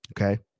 Okay